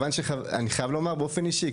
אני חייב לומר באופן אישי,